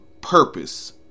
purpose